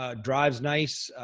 ah drives nice.